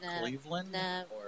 Cleveland